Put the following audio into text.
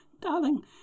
darling